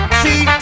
see